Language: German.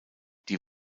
die